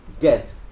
get